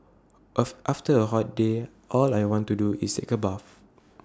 after A hot day all I want to do is take A bath